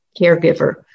caregiver